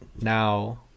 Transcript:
now